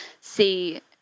see